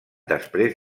després